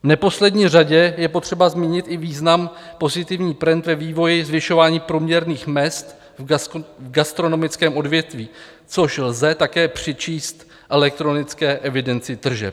V neposlední řadě je potřeba zmínit i význam, pozitivní trend ve vývoji zvyšování průměrných mezd v gastronomickém odvětví, což lze také přičíst elektronické evidenci tržeb.